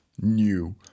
new